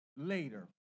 later